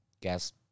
gas